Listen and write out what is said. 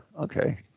okay